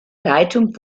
leitung